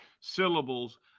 syllables